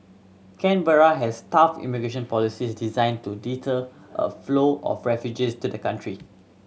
Canberra has tough immigration policies designed to deter a flow of refugees to the country